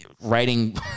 writing